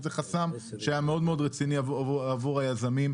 זה היה חסם שהיה מאוד רציני עבור היזמים,